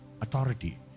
authority